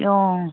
অ'